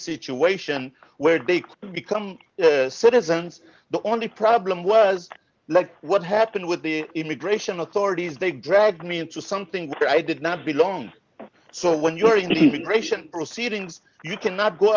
situation where do you become citizens the only problem was like what happened with the immigration authorities they dragged me into something i did not belong so when you're being rationed proceedings you cannot go